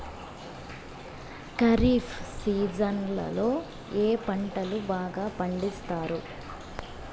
ఖరీఫ్ సీజన్లలో ఏ పంటలు బాగా పండిస్తారు